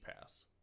Pass